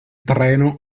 treno